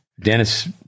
Dennis